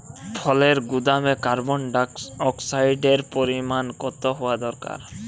ফলের গুদামে কার্বন ডাই অক্সাইডের পরিমাণ কত হওয়া দরকার?